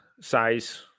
size